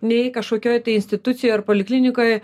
nei kažkokioj tai institucijoj ar poliklinikoj